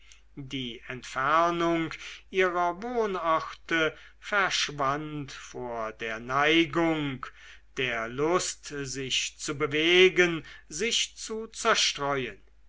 die entfernung ihrer wohnorte verschwand vor der neigung der lust sich zu bewegen sich zu zerstreuen